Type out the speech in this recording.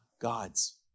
God's